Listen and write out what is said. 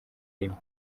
rimwe